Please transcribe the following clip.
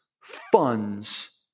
funds